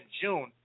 June